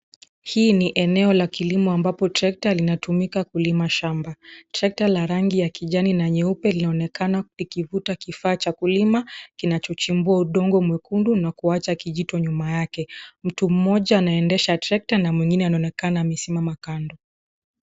Hii ni eneo la kilimo ambapo trekta linatotumika kulima shamba. Trekta la rangi ya kijani na nyeupe linaonekana likivuta kifaa cha kulima kinachochimbua udongo mwekundu na kuachana kijito nyuma yake. Mtu mmoja anaendesha trekta na mwingine anaonekana amesimama kando.